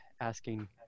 asking